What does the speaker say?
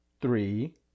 three